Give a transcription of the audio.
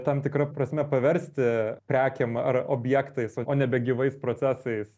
tam tikra prasme paversti prekėm ar objektais o nebe gyvais procesais